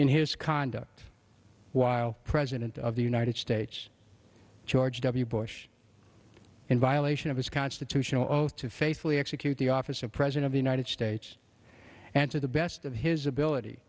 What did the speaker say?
in his conduct while president of the united states george w bush in violation of his constitutional oath to faithfully execute the office of president of the united states and to the best of his ability